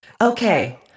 Okay